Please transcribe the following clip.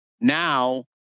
now